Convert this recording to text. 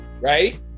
right